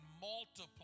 multiply